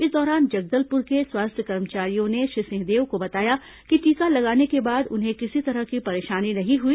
इस दौरान जगदलपुर के स्वास्थ्य कर्मचारियों ने श्री सिंहदेव को बताया कि टीका लगाने के बाद उन्हें किसी तरह की परेशानी नहीं हुई